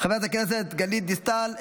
חברת הכנסת גלית דיסטל,